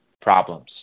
problems